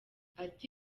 ati